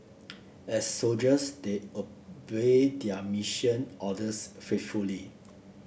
as soldiers they obeyed their mission orders faithfully